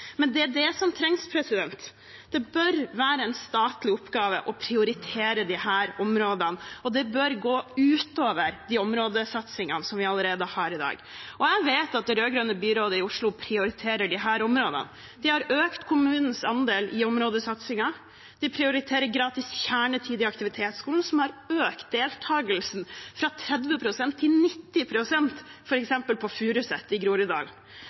men de vil ikke snakke om særskilte løsninger for disse områdene – men det er det som trengs. Det bør være en statlig oppgave å prioritere disse områdene, og det bør gjøres utover de områdesatsingene som vi allerede har i dag. Jeg vet at det rød-grønne byrådet i Oslo prioriterer disse områdene. De har økt kommunens andel i områdesatsingen. De prioriterer gratis kjernetid i aktivitetsskolen, som har økt deltakelsen fra 30 pst. til 90 pst. f.eks. på Furuset i